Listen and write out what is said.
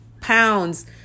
pounds